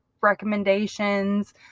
recommendations